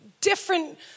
different